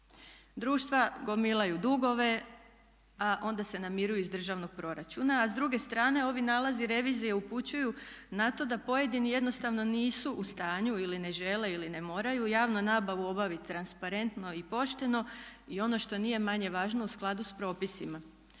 Društva gomilaju dugove, a onda se namiruju iz državnog proračuna, a s druge strane ovi nalazi revizije upućuju na to da pojedini jednostavno nisu u stanju ili ne žele ili ne moraju javnu nabavu obaviti transparentno i pošteno. I ono što nije manje važno u skladu sa propisima,